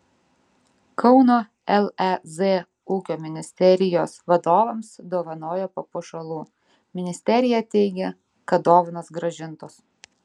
kauno lez ūkio ministerijos vadovams dovanojo papuošalų ministerija teigia kad dovanos grąžintos